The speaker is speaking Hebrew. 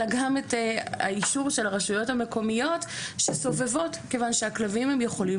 אלא גם את האישור של הרשויות המקומיות שסובבות כיוון שהכלבים יכולים